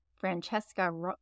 Francesca